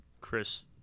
Chris